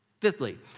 Fifthly